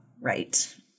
Right